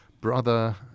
Brother